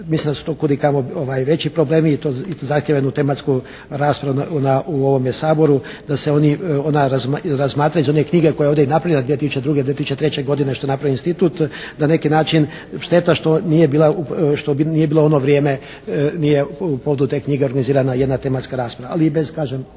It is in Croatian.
Mislim da su tu kud i kamo veći problemi i to zahtijeva jednu tematsku raspravu u ovome Saboru da se ona i razmatra iz one knjige koja je ovdje napravljena 2002., 2003. godine što je napravio institut. Na neki način šteta što nije u ono vrijeme u povodu te knjige organizirana jedna tematska rasprava. Ali i bez kažem